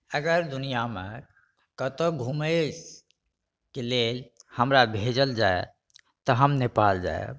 अगर दुनिआमे कतौ घुमैके लेल हमरा भेजल जाय तऽ हम नेपाल जायब